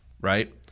right